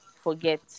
forget